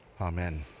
Amen